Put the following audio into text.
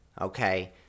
okay